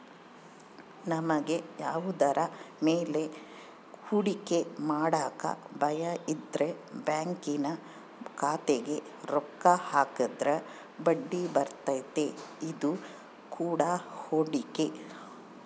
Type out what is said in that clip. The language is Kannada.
ನಮಗೆ ಯಾವುದರ ಮೇಲೆ ಹೂಡಿಕೆ ಮಾಡಕ ಭಯಯಿದ್ರ ಬ್ಯಾಂಕಿನ ಖಾತೆಗೆ ರೊಕ್ಕ ಹಾಕಿದ್ರ ಬಡ್ಡಿಬರ್ತತೆ, ಇದು ಕೂಡ ಹೂಡಿಕೆ